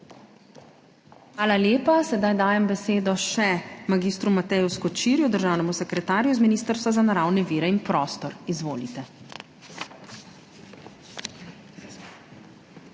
Hvala lepa. Sedaj dajem besedo še mag. Mateju Skočirju, državnemu sekretarju z Ministrstva za naravne vire in prostor. Izvolite.